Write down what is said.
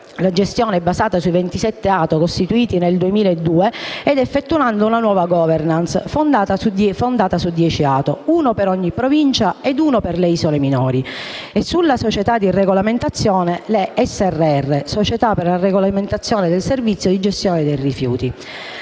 la gestione basata sui 27 ATO costituiti nel 2002 ed effettuando una nuova *governance* fondata su 10 ATO (uno per ogni Provincia e uno per le isole minori) e sulle società di regolamentazione, ossia le SRR (Società per la regolamentazione del servizio di gestione dei rifiuti).